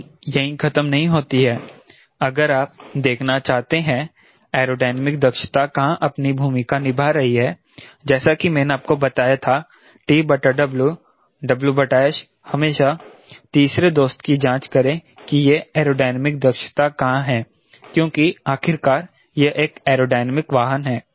कहानी यहीं खतम नहीं होती है अगर आप देखना चाहते हैं एयरोडायनामिक दक्षता कहां अपनी भूमिका निभा रही है जैसा कि मैंने आपको बताया था TW WS हमेशा तीसरे दोस्त की जांच करें कि यह एयरोडायनामिक दक्षता कहां है क्योंकि आखिरकार यह एक एयरोडायनामिक वाहन है